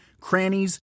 crannies